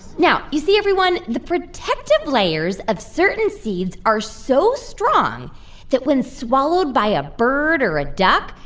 now, you see, everyone, the protective layers of certain seeds are so strong that when swallowed by a bird or a duck,